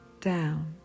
down